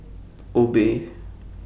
Obey